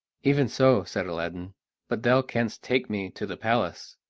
even so, said aladdin but thou canst take me to the palace,